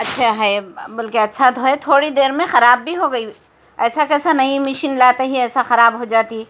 اچھا ہے بول کے اچّھا تھا ہے تھوڑی دیر میں خراب بھی ہو گئی ایسا کیسا نئی مشین لاتے ہی ایسا خراب ہو جاتی